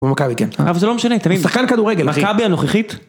ומכבי כן, אבל זה לא משנה תמיד, שחקן כדורגל, מכבי הנוכחית.